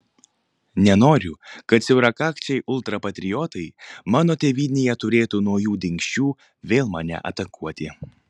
nenoriu kad siaurakakčiai ultrapatriotai mano tėvynėje turėtų naujų dingsčių vėl mane atakuoti